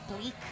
bleak